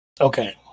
okay